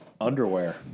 underwear